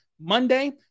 Monday